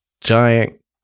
giant